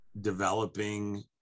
developing